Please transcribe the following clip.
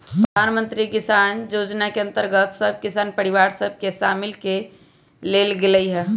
प्रधानमंत्री किसान जोजना के अंतर्गत सभ किसान परिवार सभ के सामिल क् लेल गेलइ ह